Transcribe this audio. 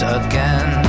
again